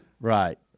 Right